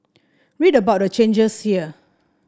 read about the changes here